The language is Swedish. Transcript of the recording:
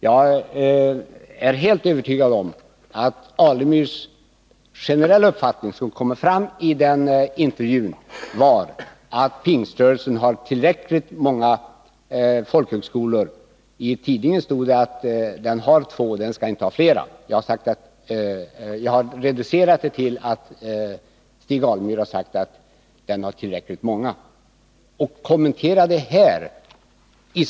Jag är också helt övertygad om att Stig Alemyrs generella uppfattning som kom fram i intervjun var att Pingströrelsen har tillräckligt många folkhögskolor. I tidningen stod det att den har två — den skall inte ha flera. Jag har reducerat detta till att Stig Alemyr har sagt att Pingströrelsen har tillräckligt många skolor.